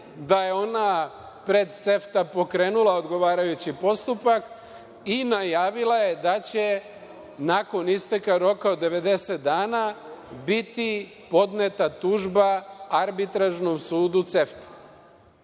da je ona pred CEFTA pokrenula odgovarajući postupak i najavila je da će nakon isteka roka od 90 dana biti podneta tužba Arbitražnom sudu CEFTA.Od